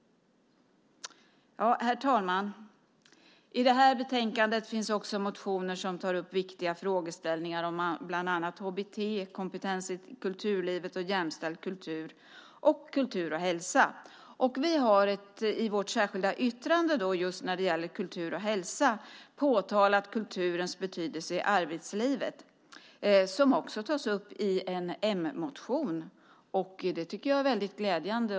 Herr talman! I det här betänkandet finns också motioner som tar upp viktiga frågeställningar som bland annat HBT-kompetens i kulturlivet, jämställd kultur samt kultur och hälsa. Vi har i vårt särskilda yttrande just när det gäller kultur och hälsa påtalat kulturens betydelse i arbetslivet. Det tas också upp i en m-motion. Det tycker jag är väldigt glädjande.